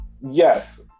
Yes